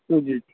ہاں جی